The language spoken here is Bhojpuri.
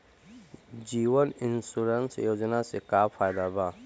जीवन इन्शुरन्स योजना से का फायदा बा?